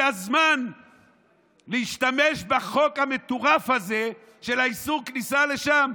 זה הזמן להשתמש בחוק המטורף הזה של איסור כניסה לשם?